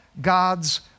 God's